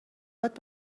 هات